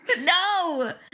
No